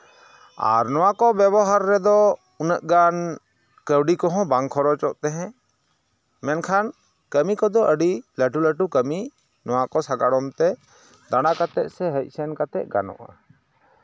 ᱟᱨ ᱱᱚᱣᱟ ᱠᱚ ᱵᱮᱵᱚᱦᱟᱨ ᱨᱮᱫᱚ ᱩᱱᱟᱹᱜ ᱜᱟᱱ ᱠᱟᱹᱣᱰᱤ ᱠᱚᱦᱚᱸ ᱵᱟᱝ ᱠᱷᱚᱨᱚᱪᱚᱜ ᱛᱮᱦᱮᱸᱜ ᱢᱮᱱᱠᱷᱟᱱ ᱠᱟᱹᱢᱤ ᱠᱚᱫᱚ ᱟᱹᱰᱤ ᱞᱟᱹᱴᱩ ᱞᱟᱹᱴᱩ ᱠᱟᱹᱢᱤ ᱱᱚᱣᱟ ᱠᱚ ᱥᱟᱜᱟᱲᱚᱢ ᱛᱮ ᱫᱟᱬᱟ ᱠᱟᱛᱮ ᱥᱮ ᱦᱮᱡ ᱥᱮᱱ ᱠᱟᱛᱮ ᱜᱟᱱᱚᱜᱼᱟ